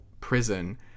prison